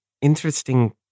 interesting